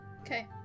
Okay